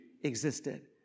existed